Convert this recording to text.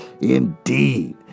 Indeed